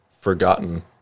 forgotten